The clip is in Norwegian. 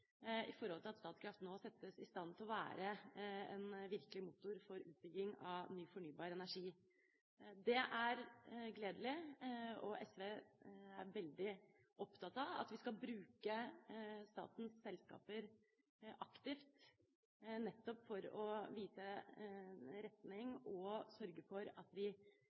at Statkraft nå settes i stand til å være en virkelig motor for utbygging av ny fornybar energi. Det er gledelig. SV er veldig opptatt av at vi skal bruke statens selskaper aktivt nettopp for å vise retning og sørge for at vi